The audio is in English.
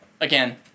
again